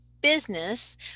business